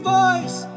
voice